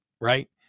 right